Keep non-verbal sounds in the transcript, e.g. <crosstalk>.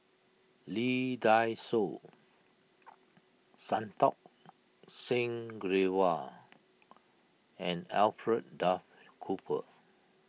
Lee Dai Soh <noise> Santokh Singh Grewal and Alfred Duff Cooper